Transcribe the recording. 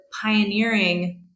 pioneering